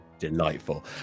delightful